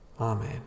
Amen